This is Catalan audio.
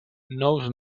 nous